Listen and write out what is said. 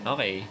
Okay